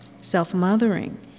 self-mothering